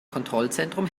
kontrollzentrum